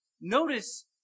Notice